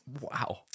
Wow